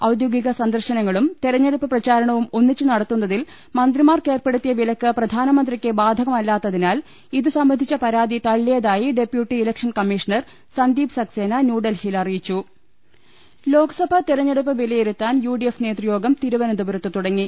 ഔദ്യോഗിക സന്ദർശന ങ്ങളും തെരഞ്ഞെടുപ്പ് പ്രചാരണവും ഒന്നിച്ച് നടത്തുന്നതിൽ മന്ത്രി മാർക്കേർപ്പെടുത്തിയ വിലക്ക് പ്രധാനമന്ത്രിക്ക് ബ്രാധകമല്ലാത്തതി നാൽ ഇതു സംബന്ധിച്ച പരാതി തള്ളിയതായി deputy election commissioner Sandeep Saxena ന്യൂഡൽഹിയിൽ അറിയി ച്ചും ലോക്സഭാ തെരഞ്ഞെടുപ്പ് വിലയിരുത്താൻ യുഡിഎഫ് നേതൃ യോഗം തിരുവനന്തപുരത്ത് തുടങ്ങി